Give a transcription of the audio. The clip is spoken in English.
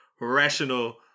rational